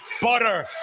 Butter